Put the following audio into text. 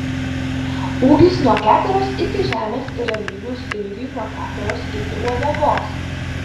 ūgis nuo keteros iki žemės yra lygus ilgiui nuo keteros iki uodegos